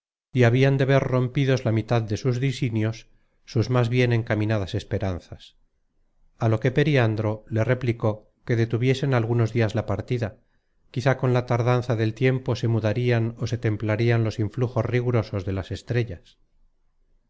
y habian de ver rompidos la mitad de sus disinios sus más bien encaminadas esperanzas á lo que periandro le replicó que detuviesen algunos dias la partida quizá con la tardanza del tiempo se mudarian ó se templarian los influjos rigurosos de las estrellas